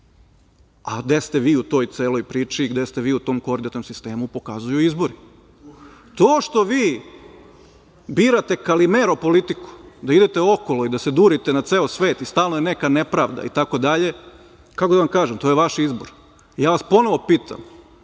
A gde ste vi u toj celoj priči i gde ste vi u tom koordinatnom sistemu pokazuju izbori. To što vi birate Kalimero politiku, da idete okolo i da se durite na ceo svet i stalno je neka nepravda itd, kako da vam kažem, to je vaš izbor. Ja vas ponovo pitam